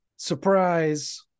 surprise